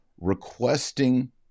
requesting